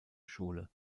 schule